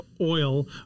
oil